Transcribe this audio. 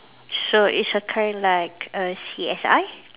so it's a kind like err C_S_I